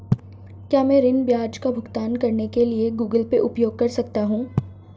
क्या मैं ऋण ब्याज का भुगतान करने के लिए गूगल पे उपयोग कर सकता हूं?